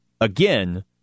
again